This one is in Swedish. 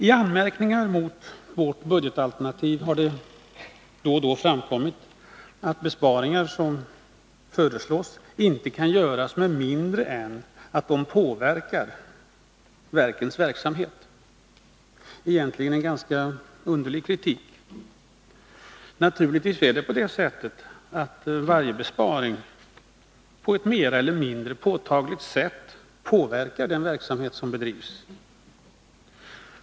I anmärkningarna mot vårt budgetalternativ har det då och då framkommit att besparingar som föreslås inte kan göras med mindre än att de påverkar de statliga verkens verksamhet. Det är egentligen en ganska underlig kritik. Naturligtvis är det på det sättet att varje besparing på ett mer eller mindre påtagligt sätt påverkar den verksamhet som bedrivs.